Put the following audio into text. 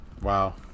Wow